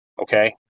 Okay